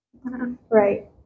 Right